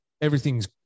everything's